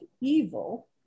evil